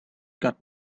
got